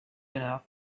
enough